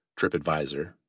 TripAdvisor